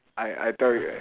I I tell you ah